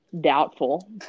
Doubtful